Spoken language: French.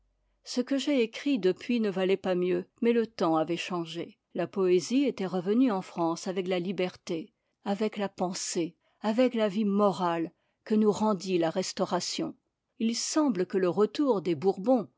ce que j'ai écrit depuis ne valait pas mieux mais le temps avait changé la poésie était revenue en france avec la liberté avec la pensée avec la vie morale que nous rendit la restauration il semble que le retour des bourbons